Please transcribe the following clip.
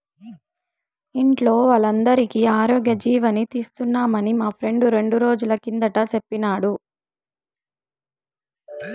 ఇంట్లో వోల్లందరికీ ఆరోగ్యజీవని తీస్తున్నామని మా ఫ్రెండు రెండ్రోజుల కిందట సెప్పినాడు